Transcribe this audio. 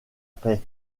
paix